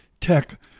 tech